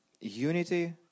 unity